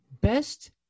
Best